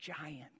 giant